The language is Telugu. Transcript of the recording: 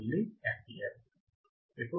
ఇప్పుడు Rf 3